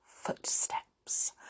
Footsteps